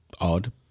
odd